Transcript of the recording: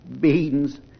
beans